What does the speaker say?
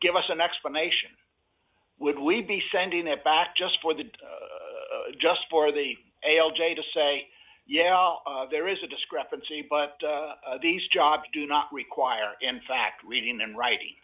give us an explanation would we be sending that back just for the just for the a l j to say yeah there is a discrepancy but these jobs do not require in fact reading and writing